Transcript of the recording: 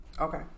Okay